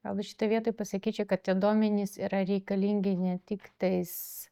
galbūt šitoj vietoj pasakyčiau kad tie duomenys yra reikalingi ne tiktais